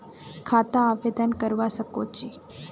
खाता आवेदन करवा संकोची?